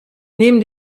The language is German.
neben